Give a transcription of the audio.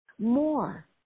more